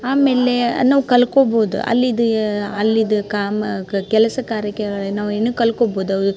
ಆಮೇಲೆ ನಾವು ಕಲ್ತ್ಕೊಬೋದು ಅಲ್ಲಿದು ಅಲ್ಲಿದು ಕಾಮ ಕೆಲಸ ಕಾರ್ಯಕ್ಕೆ ನಾವು ಏನು ಕಲ್ತ್ಕೊಬೋದು ಅವ್